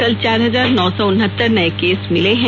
कल चार हजार नौ सौ उनहत्तर नए केस मिले हैं